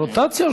יש רוטציה?